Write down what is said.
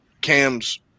Cam's